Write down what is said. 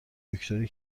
دکتری